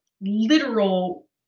literal